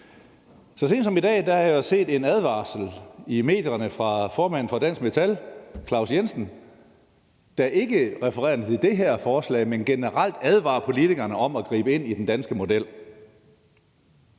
Så sent som i dag har jeg set en advarsel i medierne fra formanden for Dansk Metal, Claus Jensen, der ikke refererer til det her forslag, men generelt advarer politikerne om at gribe ind i den danske model.